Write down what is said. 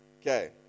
Okay